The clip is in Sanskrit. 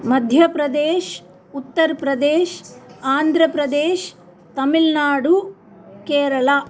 मध्यप्रदेशः उत्तरप्रदेशः आन्ध्रप्रदेशः तमिल्नाडुः केरलः